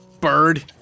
bird